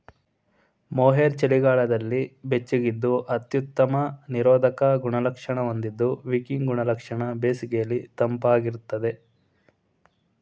mohair ಚಳಿಗಾಲದಲ್ಲಿ ಬೆಚ್ಚಗಿದ್ದು ಅತ್ಯುತ್ತಮ ನಿರೋಧಕ ಗುಣಲಕ್ಷಣ ಹೊಂದಿದ್ದು ವಿಕಿಂಗ್ ಗುಣಲಕ್ಷಣ ಬೇಸಿಗೆಲಿ ತಂಪಾಗಿರ್ತದೆ